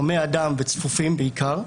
הומי אדם ובעיקר צפופים,